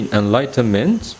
enlightenment